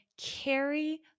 carry